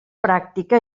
pràctica